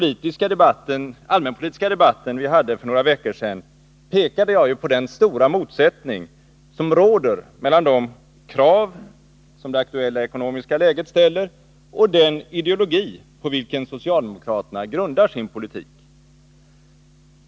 I den allmänpolitiska debatten för några veckor sedan pekade jag ju på den stora motsättning som råder mellan de krav som det aktuella ekonomiska läget ställer och den ideologi på vilken socialdemokraterna grundar sin politik.